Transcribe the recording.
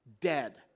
dead